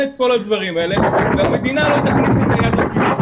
את כל הדברים האלה והמדינה לא תכניס את היד לכיס.